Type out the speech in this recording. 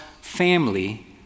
family